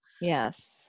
Yes